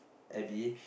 Abby